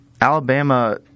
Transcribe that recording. Alabama